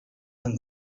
and